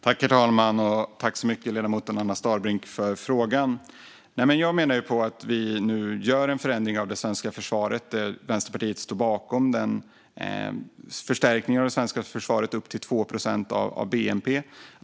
Herr talman! Tack, ledamoten Anna Starbrink, för frågan! Jag menar ju att vi nu gör en förändring av det svenska försvaret. Vänsterpartiet står bakom en förstärkning av det svenska försvaret upp till 2 procent av bnp.